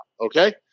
Okay